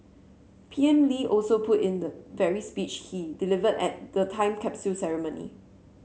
P M Lee also put in the very speech he delivered at the time capsule ceremony